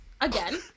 again